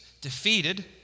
defeated